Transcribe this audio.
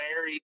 married